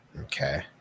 Okay